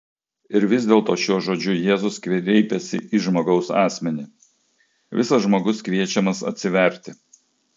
ir vis dėlto šiuo žodžiu jėzus kreipiasi į žmogaus asmenį visas žmogus kviečiamas atsiverti